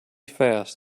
fast